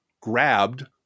grabbed